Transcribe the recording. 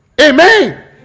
Amen